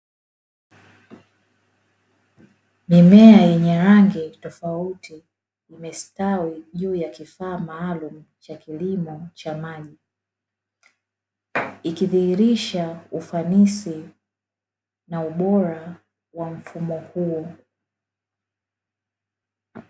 Mimea yenye rangi tofauti imestawi juu ya kisa maalum cha kulima cha maji, ikidhihirisha ufanisi na ubora wa mfumo huu.